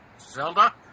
Zelda